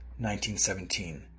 1917